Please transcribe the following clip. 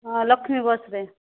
ହଁ ଲକ୍ଷ୍ମୀ ବସ୍ରେ